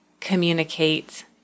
Communicate